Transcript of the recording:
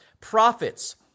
prophets